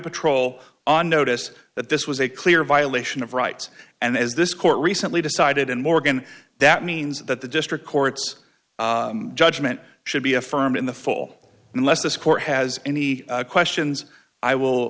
patrol on notice that this was a clear violation of rights and as this court recently decided and morgan that means that the district court's judgment should be affirmed in the full unless this court has any questions i will